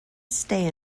stay